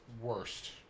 worst